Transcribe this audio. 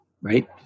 Right